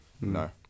No